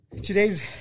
today's